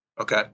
Okay